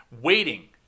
Waiting